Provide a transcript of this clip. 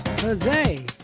Jose